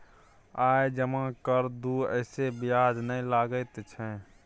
आय जमा कर दू ऐसे ब्याज ने लगतै है?